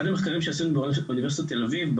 באחד המחקרים שעשינו באוניברסיטת תל אביב,